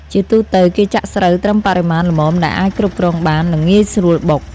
ជាទូទៅ គេចាក់ស្រូវត្រឹមបរិមាណល្មមដែលអាចគ្រប់គ្រងបាន និងងាយស្រួលបុក។